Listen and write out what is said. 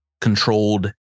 controlled